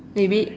maybe